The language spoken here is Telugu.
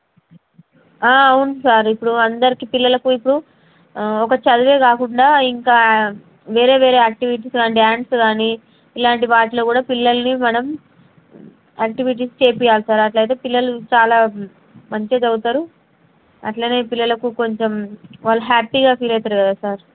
అవును సార్ ఇప్పుడు అందరికీ పిల్లలకి ఇప్పుడు ఒక చదువే కాకుండా ఇంకా వేరే వేరే యాక్టివిటీస్ కానీ డాన్స్ కానీ ఇలాంటి వాటిలో కూడా పిల్లల్ని మనం యాక్టివిటీస్ చెయ్యించాలి సార్ అలా అయితే పిల్లలు చాలా మంచిగా చదువుతారు అలానే పిల్లలకి కొంచెం వాళ్ళు హ్యాపీగా ఫీల్ అవుతారు కదా సార్